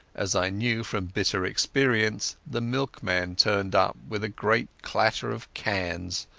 as i knew from bitter experience, the milkman turned up with a great clatter of cans,